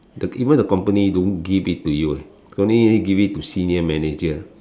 the even the company don't give it to you only give it to senior manager